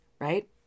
right